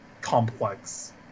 complex